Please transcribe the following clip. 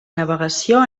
navegació